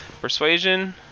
Persuasion